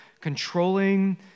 Controlling